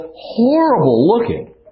horrible-looking